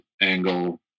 angle